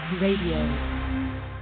Radio